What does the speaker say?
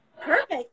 Perfect